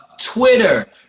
Twitter